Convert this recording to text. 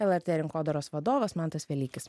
lrt rinkodaros vadovas mantas velykis